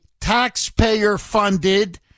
taxpayer-funded